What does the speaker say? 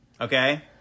Okay